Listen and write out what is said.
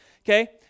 Okay